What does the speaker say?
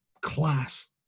class